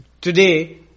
Today